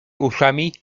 uszami